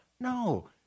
No